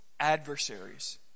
Adversaries